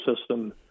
system